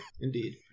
Indeed